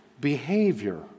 behavior